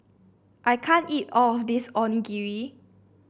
I can't eat all of this Onigiri